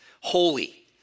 holy